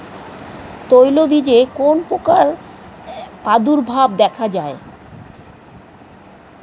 তৈলবীজে কোন পোকার প্রাদুর্ভাব দেখা যায়?